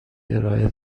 ارائه